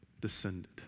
Descended